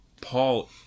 Paul